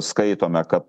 skaitome kad